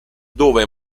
dove